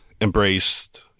embraced